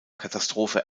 katastrophe